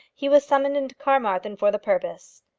he was summoned into carmarthen for the purpose.